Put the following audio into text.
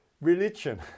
religion